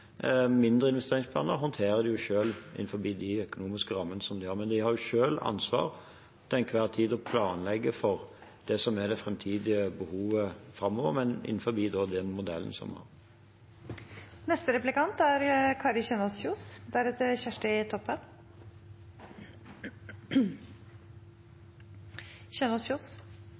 Mindre investeringsplaner håndterer de selv innenfor de økonomiske rammene de har. De har selv ansvar for til enhver tid å planlegge for det som er det framtidige behovet framover, men innenfor den modellen vi har.